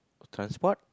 transport